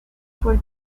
for